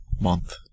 Month